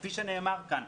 כפי שנאמר כאן,